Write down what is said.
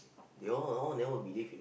they all all never believe in